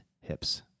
hips